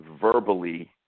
verbally